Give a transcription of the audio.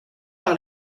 par